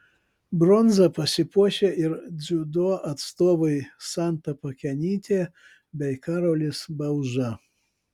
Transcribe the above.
bronza pasipuošė ir dziudo atstovai santa pakenytė bei karolis bauža